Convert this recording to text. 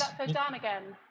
for dan again?